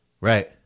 Right